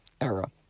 era